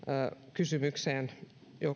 kysymykseen